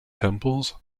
temples